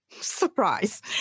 surprise